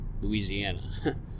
Louisiana